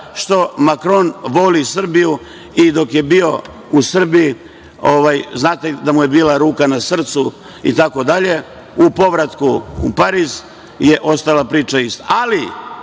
što Makron voli Srbiju i dok je bio u Srbiji znate da mu je bila ruka na srcu, itd, ali, u povratku u Pariz, priča je